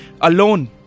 alone